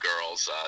girls